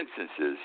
instances